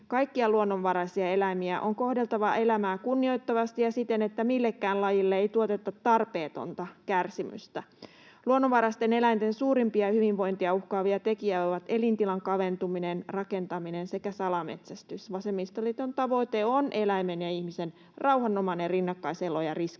Kaikkia luonnonvaraisia eläimiä on kohdeltava elämää kunnioittavasti ja siten, että millekään lajille ei tuoteta tarpeetonta kärsimystä. Luonnonvaraisten eläinten suurimpia hyvinvointia uhkaavia tekijöitä ovat elintilan kaventuminen, rakentaminen sekä salametsästys. Vasemmistoliiton tavoite on eläimen ja ihmisen rauhanomainen rinnakkaiselo ja riskien